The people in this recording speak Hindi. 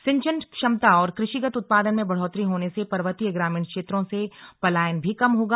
सिंचन क्षमता और कृषिगत उत्पादन में बढ़ोतरी होने से पर्वतीय ग्रामीण क्षेत्रों से पलायन भी कम होगा